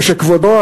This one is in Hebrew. ושכבודו,